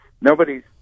Nobody's